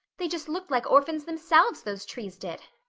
they just looked like orphans themselves, those trees did.